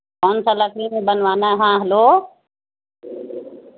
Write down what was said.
کون سا لکڑی میں بنوانا ہے ہاں ہلو